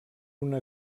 una